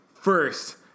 First